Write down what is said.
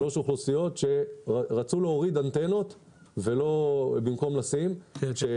שלוש אוכלוסיות שרצו להוריד אנטנות במקום לשים מתוך